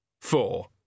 Four